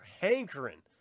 hankering